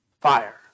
fire